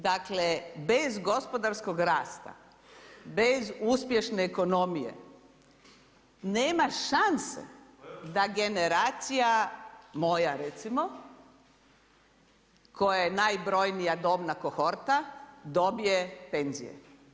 Dakle, bez gospodarskog rasta, bez uspješne ekonomije, nema šanse da generacija moja recimo, koja je najbrojnija dobna kohorta dobije penzije.